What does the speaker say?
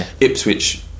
Ipswich